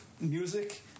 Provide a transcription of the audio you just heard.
music